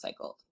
recycled